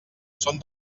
són